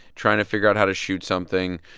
trying to figure out how to shoot something,